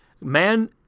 man